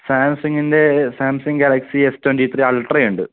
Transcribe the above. സാംസങ്ങിൻ്റെ Samsung Galaxy S twenty three Ultra ഉണ്ട്